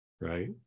right